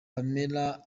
pamela